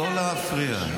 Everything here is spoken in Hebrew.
לא להפריע.